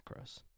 macros